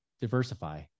diversify